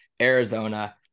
Arizona